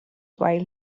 while